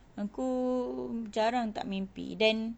aku jarang tak mimpi then